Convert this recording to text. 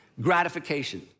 gratification